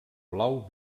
blau